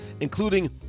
including